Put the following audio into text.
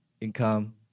income